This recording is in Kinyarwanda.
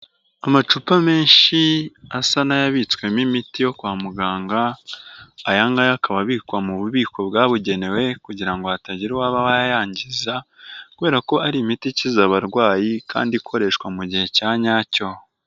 Amacupa menshi asa n'ayabitswemo imiti yo kwa muganga, aya ngaya akaba abikwa mu bubiko bwabugenewe kugira ngo hatagira uwaba wayangiza kubera ko ari imiti ikize abarwayi kandi ikoreshwa mu gihe cya nyacyo.